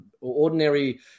ordinary